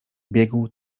biegł